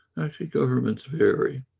actually, governments vary.